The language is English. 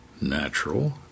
natural